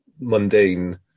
mundane